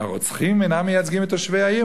הרוצחים אינם מייצגים את תושבי העיר,